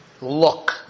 look